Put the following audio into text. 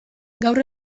gaur